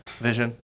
vision